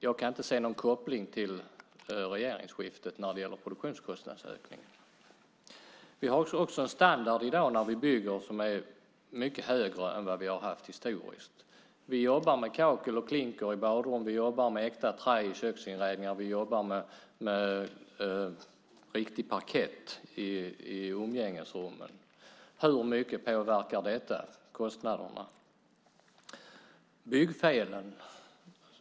Jag kan inte se någon koppling till regeringsskiftet när det gäller produktionskostnadsökningen. Vi har också en mycket högre standard när vi bygger i dag än vi har haft historiskt. Vi jobbar med kakel och klinker i badrum. Vi jobbar med äkta trä i köksinredningar. Vi jobbar med riktig parkett i umgängesrummen. Hur mycket påverkar detta kostnaderna? Sedan har vi byggfelen.